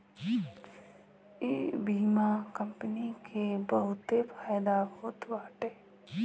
इ बीमा कंपनी के बहुते फायदा होत बाटे